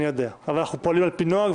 אבל אנחנו פועלים על פי נוהג,